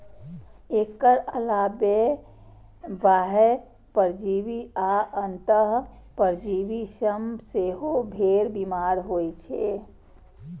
एकर अलावे बाह्य परजीवी आ अंतः परजीवी सं सेहो भेड़ बीमार होइ छै